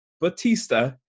Batista